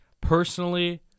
Personally